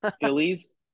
Phillies